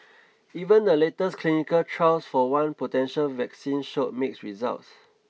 even the latest clinical trials for one potential vaccine showed mixed results